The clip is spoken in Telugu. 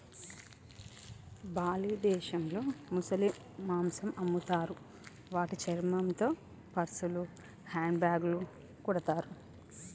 బాలి దేశంలో ముసలి మాంసం అమ్ముతారు వాటి చర్మంతో పర్సులు, హ్యాండ్ బ్యాగ్లు కుడతారు